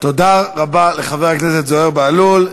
תודה רבה לחבר הכנסת זוהיר בהלול.